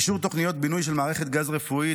אישור תוכניות בינוי של מערכת גז רפואית,